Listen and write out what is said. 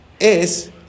es